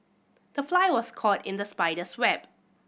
the fly was caught in the spider's web